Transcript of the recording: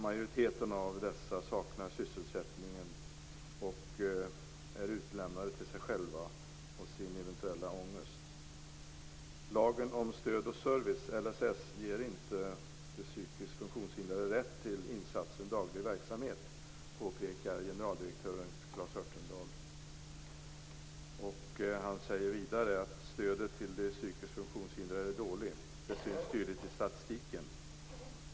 Majoriteten av dessa saknar sysselsättning och är utlämnade till sig själva och sin eventuella ångest. Lagen om stöd och service, LSS, ger inte de psykiskt funktionshindrade rätt till insatsen daglig verksamhet, påpekar generaldirektören Claes Örtendahl. Han säger vidare att stödet till de psykiskt funktionshindrade är dåligt. Det syns tydligt i statistiken.